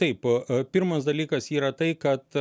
taip pirmas dalykas yra tai kad